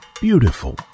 beautiful